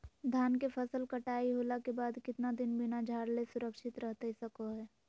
धान के फसल कटाई होला के बाद कितना दिन बिना झाड़ले सुरक्षित रहतई सको हय?